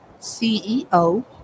ceo